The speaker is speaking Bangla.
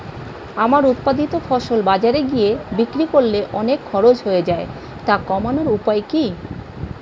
আমার উৎপাদিত ফসল বাজারে গিয়ে বিক্রি করলে অনেক খরচ হয়ে যায় তা কমানোর উপায় কি?